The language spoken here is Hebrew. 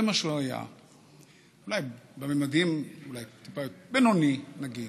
זה מה שהיה בממדים, בינוני, נגיד.